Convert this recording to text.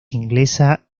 inglesa